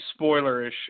spoilerish